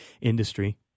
industry